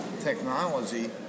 technology